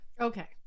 Okay